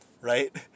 right